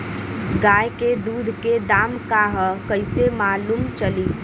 गाय के दूध के दाम का ह कइसे मालूम चली?